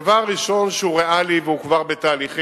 הדבר הראשון, שהוא ריאלי והוא כבר בתהליכים,